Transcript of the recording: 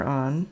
on